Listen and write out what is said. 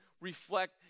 reflect